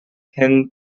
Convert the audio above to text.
ten